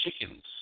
Chickens